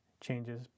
changes